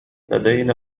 لدينا